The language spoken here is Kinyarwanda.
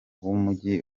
w’umujyi